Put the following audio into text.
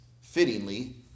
fittingly